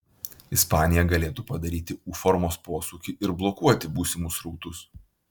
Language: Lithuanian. ispanija galėtų padaryti u formos posūkį ir blokuoti būsimus srautus